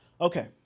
Okay